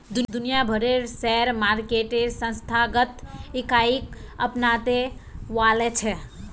दुनिया भरेर share market संस्थागत इकाईक अपनाते वॉल्छे